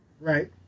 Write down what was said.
Right